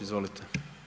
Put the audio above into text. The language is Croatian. Izvolite.